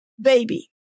baby